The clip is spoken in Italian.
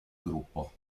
gruppo